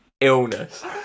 illness